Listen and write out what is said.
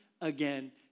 again